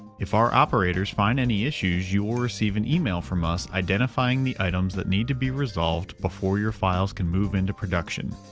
if our operators find any issues, you will receive an email from us identifying the items that need to be resolved before your files can move into production.